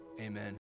amen